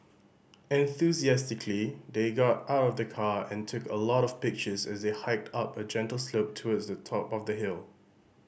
enthusiastically they got out of the car and took a lot of pictures as they hiked up a gentle slope towards the top of the hill